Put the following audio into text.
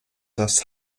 das